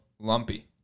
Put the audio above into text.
lumpy